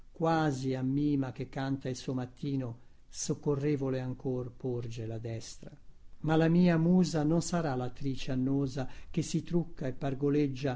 quasi a mima che canta il suo mattino soccorrevole ancor porge la destra ii ma la mia musa non sarà lattrice annosa che si trucca e